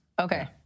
okay